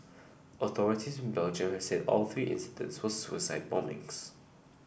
authorities in Belgium have said all three incidents were suicide bombings